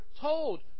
told